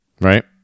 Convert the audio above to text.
right